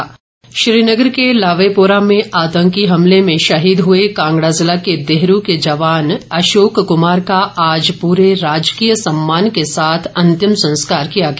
शहीद विदाई श्रीनगर के लावेपोरा में आतंकी हमले में शहीद हुए कांगड़ा ज़िला के देहरू के जवान अशोक कुमार का आज पूरे राजकीय सम्मान के साथ अंतिम संस्कार किया गया